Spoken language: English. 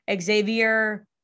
Xavier